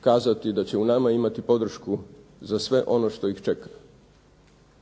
kazati da će u nama imati podršku za sve ono što ih čeka.